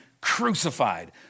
crucified